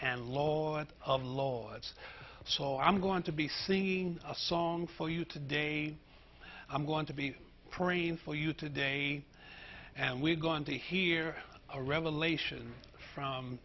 and lot of logs so i'm going to be singing a song for you today i'm going to be praying for you today and we're going to hear a revelation from